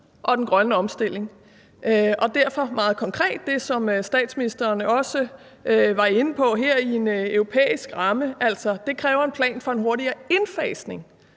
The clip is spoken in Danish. vi skal tage alvorligt. Det handler meget konkret om det, som statsministeren også var inde på her i forhold til en europæisk ramme, altså at det kræver en plan for en hurtigere indfasning